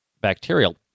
bacterial